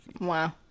Wow